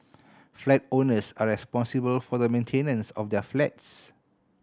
flat owners are responsible for the maintenance of their flats